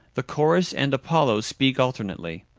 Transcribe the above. the chorus and apollo speak alternately.